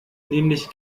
nämlich